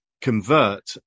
convert